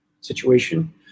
situation